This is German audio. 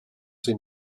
sie